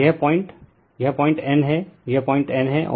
और यह पॉइंट यह पॉइंट N है यह पॉइंट N है